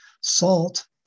salt